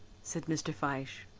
said mr. fyshe,